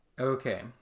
Okay